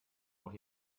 noch